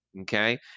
okay